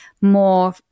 more